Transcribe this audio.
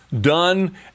done